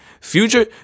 Future